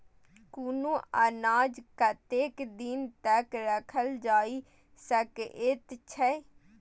कुनू अनाज कतेक दिन तक रखल जाई सकऐत छै?